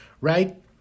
right